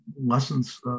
lessons